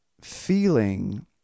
feeling